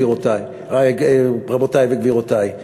רבותי וגבירותי,